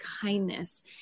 kindness